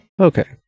Okay